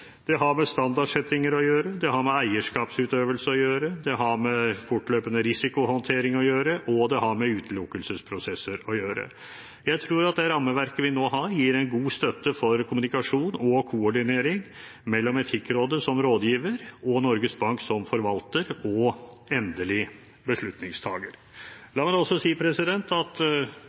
Det har med standardsettinger å gjøre, det har med eierskapsutøvelse å gjøre, det har med fortløpende risikohåndtering å gjøre, og det har med utelukkelsesprosesser å gjøre. Jeg tror at det rammeverket vi nå har, gir en god støtte for kommunikasjon og koordinering mellom Etikkrådet som rådgiver og Norges Bank som forvalter og endelig